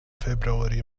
february